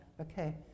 okay